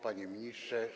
Panie Ministrze!